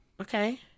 Okay